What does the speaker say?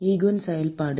eigen செயல்பாடுகள்